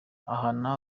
ahana